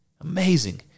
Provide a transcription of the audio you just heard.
amazing